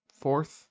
fourth